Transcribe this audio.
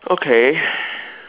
okay